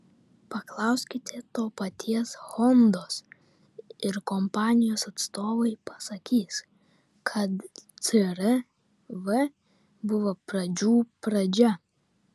paklauskite to paties hondos ir kompanijos atstovai pasakys kad cr v buvo pradžių pradžia